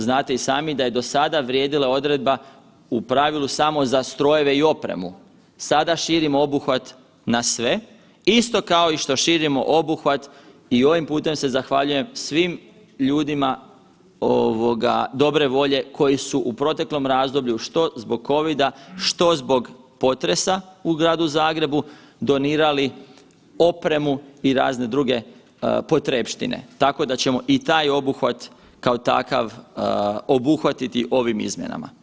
Znate i sami da je do sada vrijedila odredba u pravilu samo za strojeve i opremu, sada širimo obuhvat na sve, isto kao što širimo obuhvat i ovim putem se zahvaljujem svim ljudima dobre volje koji su u proteklom razdoblju što zbog COVID-a, što zbog potresa u gradu Zagrebu donirali opremu i razne druge potrepštine, tako da ćemo i taj obuhvat kao takav obuhvatiti ovim izmjenama.